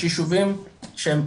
יש ישובים שהם,